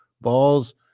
balls